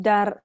Dar